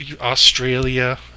Australia